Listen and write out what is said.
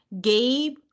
Gabe